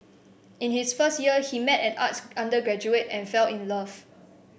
in his first year he met an arts undergraduate and fell in love